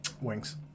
Wings